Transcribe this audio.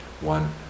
one